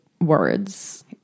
words